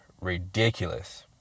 ridiculous